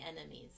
enemies